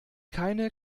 keine